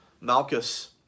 Malchus